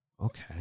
Okay